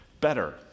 better